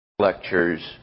Lectures